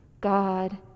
God